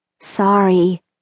Sorry